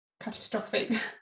catastrophic